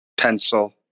pencil